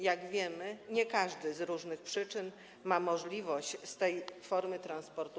Jak wiemy, nie każdy z różnych przyczyn ma możliwość korzystania z tej formy transportu.